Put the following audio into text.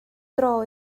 dro